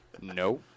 No